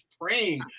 praying